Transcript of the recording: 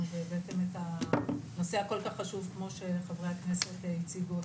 והבאתם את הנושא הכל כך חשוב כמו שחברי הכנסת הציגו,